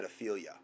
pedophilia